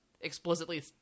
explicitly